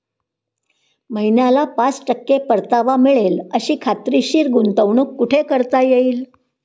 महिन्याला पाच टक्के परतावा मिळेल अशी खात्रीशीर गुंतवणूक कुठे करता येईल?